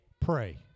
pray